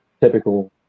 typical